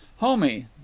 Homie